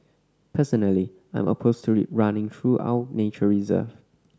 personally I'm opposed to it running through our nature reserve